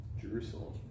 Jerusalem